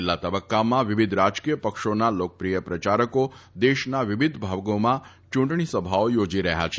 છેલ્લા તબકકામાં વિવિધ રાજકીય પક્ષોના લોકપ્રિય પ્રચારકો દેશના વિવિધ ભાગોમાં ચુંટણી સભાઓ યોજી રહયાં છે